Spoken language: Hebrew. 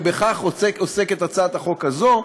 ובכך עוסקת הצעת החוק הזאת,